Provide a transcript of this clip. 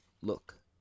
Look